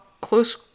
close –